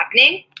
happening